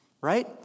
Right